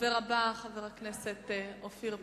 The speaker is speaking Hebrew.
הדובר הבא, חבר הכנסת אופיר פז-פינס,